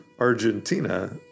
Argentina